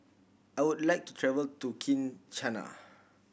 I would like to travel to Kinshasa